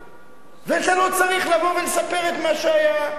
ואתה לא צריך לבוא ולספר את מה שהיה.